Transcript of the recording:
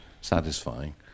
satisfying